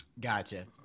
Gotcha